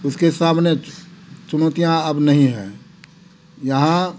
उसके सामने चुनौतियाँ अब नहीं है यहाँ